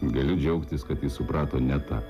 galiu džiaugtis kad jis suprato ne tą